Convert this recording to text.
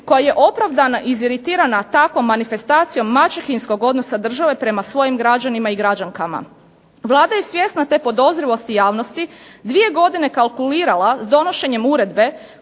koja je opravdana iziritirana takvom manifestacijom maćehinskog odnosa države prema svojim građanima i građankama. Vlada je svjesna te svoje podozrivosti javnosti dvije godine kalkulirala s donošenjem uredbe